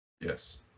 Yes